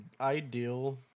ideal